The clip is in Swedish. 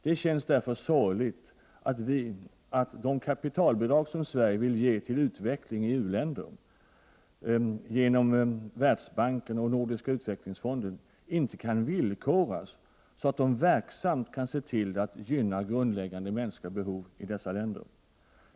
Det känns därför sorgligt att de kapitalbelopp som Sverige vill ge till utveckling i u-länder genom Världsbanken och Nordiska utvecklingsfonden inte kan villkoras, så att de verksamt kan bidra till att gynna grundläggande mänskliga behov i dessa länder.